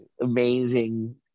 amazing